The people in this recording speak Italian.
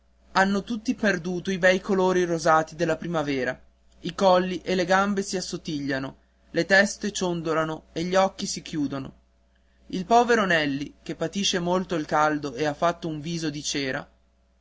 hanno tutti perduto i bei colori rosati della primavera i colli e le gambe s'assottigliano le teste ciondolano e gli occhi si chiudono il povero nelli che patisce molto il caldo e ha fatto un viso di cera